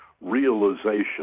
realization